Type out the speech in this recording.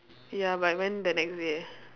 ya but I went the next day